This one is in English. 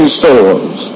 stores